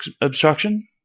obstruction